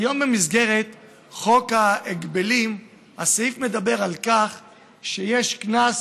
כיום בחוק ההגבלים הסעיף מדבר על כך שיש קנס